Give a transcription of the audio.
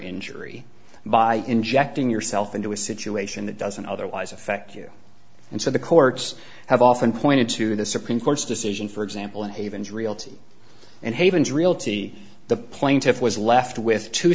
injury by injecting yourself into a situation that doesn't otherwise affect you and so the courts have often pointed to the supreme court's decision for example and havens realty and havens realty the plaintiffs was left with two